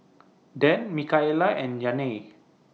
Dan Mikaila and Janae